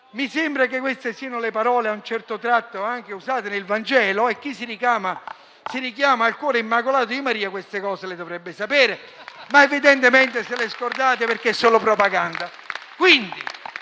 Mi sembra che queste siano le parole usate anche nel Vangelo e chi si richiama al cuore immacolato di Maria queste cose le dovrebbe sapere, ma evidentemente se le è scordate, perché è solo propaganda.